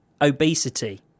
Obesity